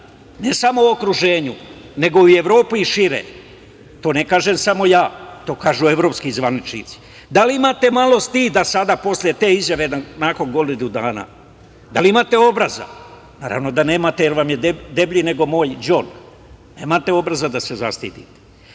ne samo u okruženju, nego i u Evropi i šire. To ne kažem sam ja, to kažu evropski zvaničnici. Da li imate malo stida sada posle te izjave nakon godinu dana? Da li imate obraza? Naravno da nemate jer vam je deblji nego moj đon. Nemate obraza da se zastidite. Idemo